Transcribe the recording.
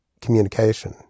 communication